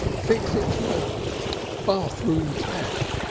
fix it to the bathroom tap!